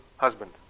Husband